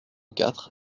quatre